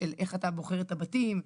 איך אתה בוחר את הבתים.